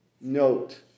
note